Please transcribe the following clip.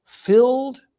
filled